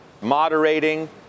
moderating